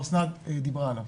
אסנת כבר דיברה על זה.